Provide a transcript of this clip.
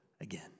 again